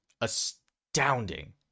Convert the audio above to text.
astounding